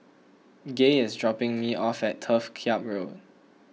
Gay is dropping me off at Turf Ciub Road